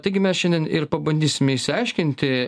taigi mes šiandien ir pabandysime išsiaiškinti